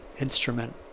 instrument